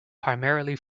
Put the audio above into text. primarily